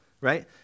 right